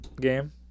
game